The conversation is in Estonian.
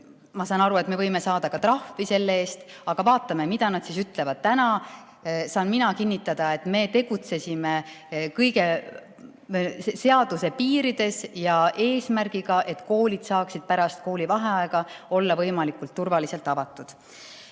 Ma saan aru, et me võime saada ka trahvi selle eest, aga vaatame, mida nad ütlevad. Täna saan mina kinnitada, et me tegutsesime seaduse piirides ja eesmärgiga, et koolid saaksid pärast koolivaheaega olla võimalikult turvaliselt avatud.